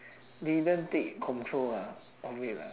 didn't take control lah of it lah